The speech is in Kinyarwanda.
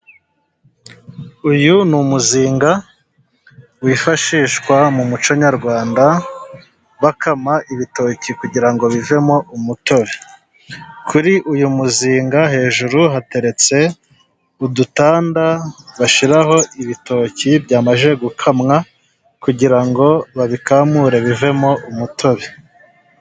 Uyu ni umuzinga wifashishwa mu muco Nyarwanda bakama ibitoki kugira ngo bivemo umutobe. Kuri uyu muzinga hejuru hateretse udutanda bashyiraho ibitoki byamaze gukamwa kugira ngo babikamure bivemo umutobe.